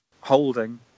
holding